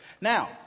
Now